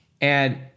and-